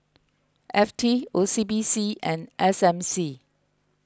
F T O C B C and S M C